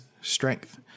strength